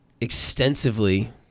extensively